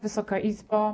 Wysoka Izbo!